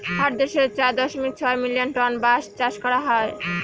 ভারত দেশে চার দশমিক ছয় মিলিয়ন টন বাঁশ চাষ করা হয়